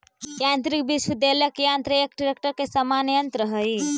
यान्त्रिक वृक्ष उद्वेलक यन्त्र एक ट्रेक्टर के समान यन्त्र हई